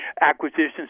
acquisitions